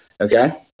Okay